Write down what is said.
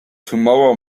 tomorrow